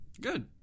Good